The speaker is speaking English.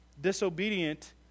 Disobedient